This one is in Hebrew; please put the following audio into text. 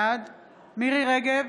בעד מירי מרים רגב,